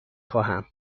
خواهم